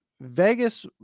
Vegas